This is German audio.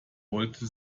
wollte